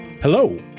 Hello